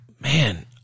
man